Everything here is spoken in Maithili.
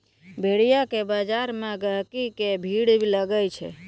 भेड़िया के बजार मे गहिकी के भीड़ लागै छै